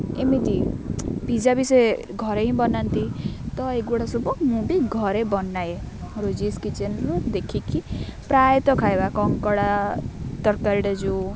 ଏମିତି ପିଜ୍ଜା ବି ସେ ଘରେ ହିଁ ବନାନ୍ତି ତ ଏଗୁଡ଼ା ସବୁ ମୁଁ ବି ଘରେ ବନାଏ ରୋଜିସ୍ କିଚେନ୍ରୁ ଦେଖିକି ପ୍ରାୟତଃ ଖାଇବା କଙ୍କଡ଼ା ତରକାରୀଟା ଯେଉଁ